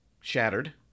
Shattered